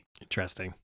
Interesting